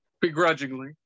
Begrudgingly